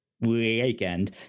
weekend